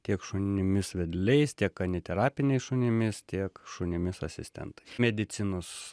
tiek šunimis vedliais tiek kaniterapiniais šunimis tiek šunimis asistentais medicinos